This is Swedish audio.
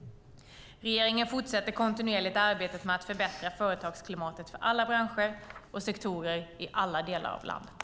Regeringen fortsätter kontinuerligt arbetet med att förbättra företagsklimatet för alla branscher och sektorer i alla delar av landet.